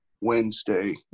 Wednesday